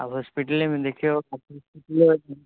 आब हॉस्पिटलेमे देखिऔ